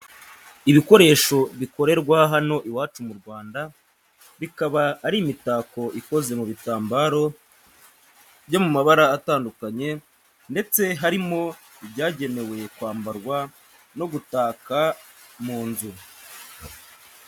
Ibikoresho bikorerwa hano iwacu mu Rwanda, bikaba ari imitako ikoze mu bitambaro byo mu mabara atandukanye ndetse harimo ibyagenewe kwambarwa no gutaka mu nzu,